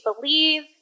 believe